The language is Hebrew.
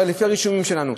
לפי הרישומים שלנו.